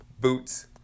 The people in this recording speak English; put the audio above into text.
boots